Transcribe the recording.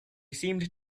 seemed